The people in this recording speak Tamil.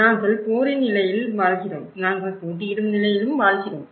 நாங்கள் போரின் நிலையிலும் வாழ்கிறோம் நாங்கள் போட்டியிடும் நிலையிலும் வாழ்கிறோம்